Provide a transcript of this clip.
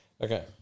Okay